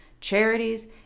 charities